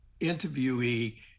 interviewee